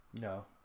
No